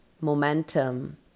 momentum